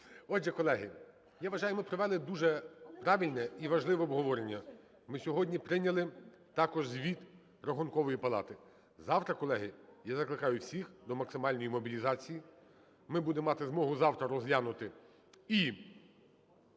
Отже, колеги, я вважаю, ми провели дуже правильне і важливе обговорення. Ми сьогодні прийняли також звіт Рахункової палати. Завтра, колеги, я закликаю всіх до максимальної мобілізації. Ми будемо мати змогу завтра розглянути і